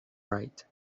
right